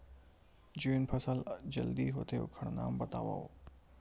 जेन फसल जल्दी होथे ओखर नाम बतावव?